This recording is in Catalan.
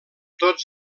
tots